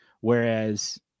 Whereas